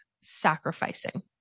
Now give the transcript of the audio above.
sacrificing